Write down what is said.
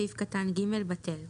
סעיף קטן (ג) בטל.